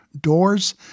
doors